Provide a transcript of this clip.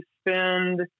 spend